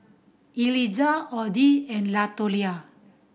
Eliza Oddie and Latoria